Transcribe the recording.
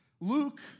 Luke